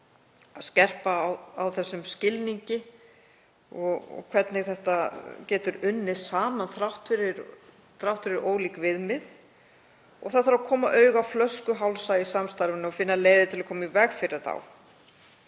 að skerpa á þeim skilningi og hvernig aðilar geta unnið saman þrátt fyrir ólík viðmið. Það þarf að koma auga á flöskuhálsa í samstarfinu og finna leiðir til að koma í veg fyrir þá.